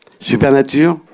Supernature